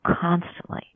constantly